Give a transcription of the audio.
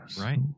Right